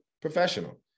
professional